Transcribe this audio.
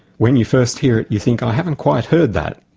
when you first hear it you think, i haven't quite heard that,